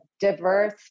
diverse